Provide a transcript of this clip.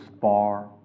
far